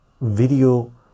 video